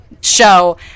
show